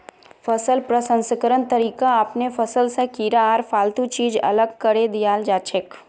फसल प्रसंस्करण तरीका अपनैं फसल स कीड़ा आर फालतू चीज अलग करें दियाल जाछेक